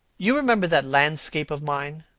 you remember that landscape of mine,